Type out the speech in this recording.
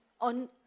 on